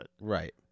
Right